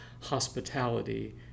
hospitality